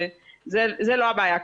זה לא הבעיה.